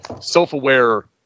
self-aware